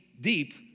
deep